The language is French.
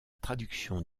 traduction